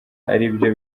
aribyo